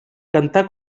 cantar